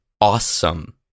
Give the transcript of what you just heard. Awesome